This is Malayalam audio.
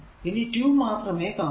ഇനി 2 മാത്രമേ കാണൂ